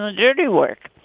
ah dirty work.